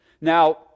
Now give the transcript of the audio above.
Now